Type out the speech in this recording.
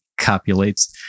copulates